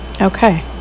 Okay